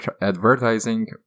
advertising